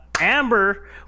Amber